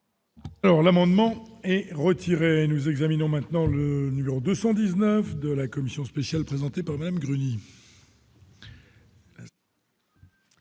Alors l'amendement est retiré, nous examinons maintenant le nul au 219 de la Commission spéciale présentée par même.